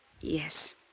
Yes